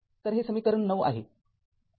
तर हे समीकरण ९ आहे